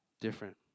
different